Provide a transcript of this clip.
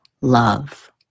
love